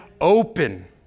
open